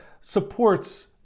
supports